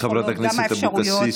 חברת הכנסת אבקסיס,